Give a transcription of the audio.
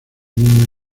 niño